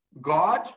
God